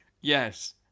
Yes